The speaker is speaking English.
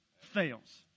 fails